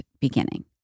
beginning